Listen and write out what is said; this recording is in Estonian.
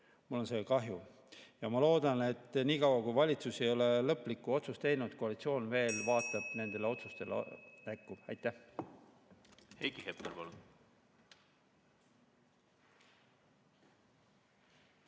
Mul on kahju ja ma loodan, et niikaua kui valitsus ei ole lõplikku otsust teinud, koalitsioon veel vaatab nendele otsustele näkku. Aitäh!